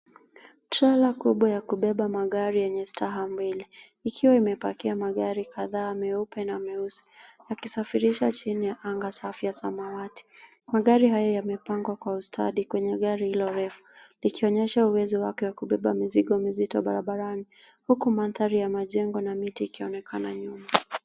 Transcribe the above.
Trela kubwa ya kubeba magari yenye staha mbili, ikiwa imepakia magari kadhaa meupe na meusi, yakisafirishwa chini ya anga safi ya samawati. Magari hayo yamepangwa kwa ustadi kwenye gari hilo refu, likionyesha uwezo wake wa kubeba mizigo mizito barabarani, huku mandhari ya majengo na miti ikionekana nyuma.